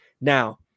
Now